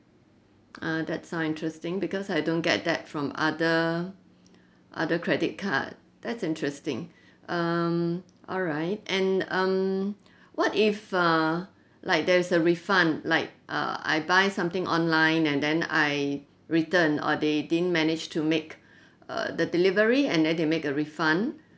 ah that's so interesting because I don't get that from other other credit card that's interesting um alright and um what if uh like there is a refund like uh I buy something online and then I return or they didn't manage to make uh the delivery and I did made a refund